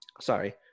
sorry